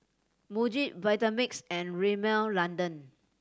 Muji Vitamix and Rimmel London